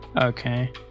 Okay